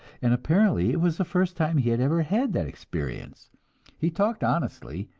and apparently it was the first time he had ever had that experience he talked honestly,